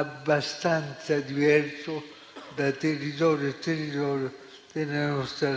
abbastanza diverso da territorio a territorio nella nostra